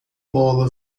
bola